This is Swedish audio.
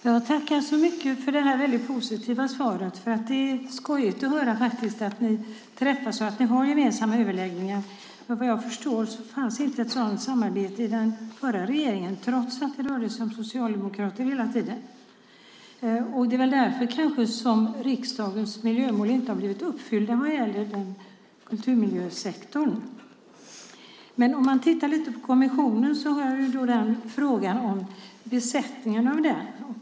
Herr talman! Jag tackar för detta mycket positiva svar. Det är skojigt att höra att ni träffas och har gemensamma överläggningar. Vad jag förstår fanns det inget sådant samarbete i den förra regeringen, trots att det hela tiden rörde sig om socialdemokrater. Det är kanske därför som riksdagens miljömål inte har blivit uppfyllda vad gäller kulturmiljösektorn. Tittar man lite på kommissionen har jag en fråga om besättningen av den.